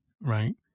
right